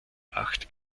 acht